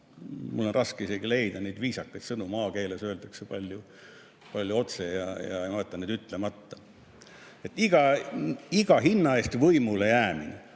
Mul on raske isegi leida neid viisakaid sõnu, maakeeles öeldakse palju otse ja ma jätan need ütlemata. Iga hinna eest võimule jäämine